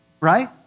Right